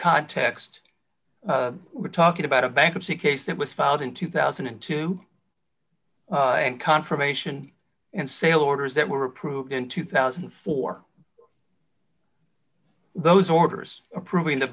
context we're talking about a bankruptcy case that was filed in two thousand and two and confirmation and sale orders that were approved in two thousand for those orders approving the